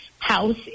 house